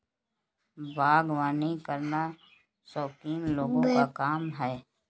बागवानी करना शौकीन लोगों का काम है